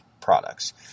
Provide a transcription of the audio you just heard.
products